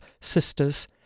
sisters